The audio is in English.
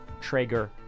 Traeger